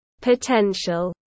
potential